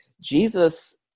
Jesus